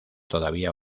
todavía